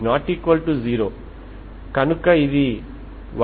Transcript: కాబట్టి మీరుAn2L0Lfcos nπLx dx గా సూచిస్తారు ఇది నిజానికి ఫోరియర్ కొసైన్ సిరీస్